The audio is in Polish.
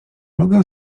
mogę